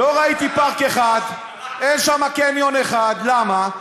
לא ראיתי פארק אחד, אין שם קניון אחד, למה?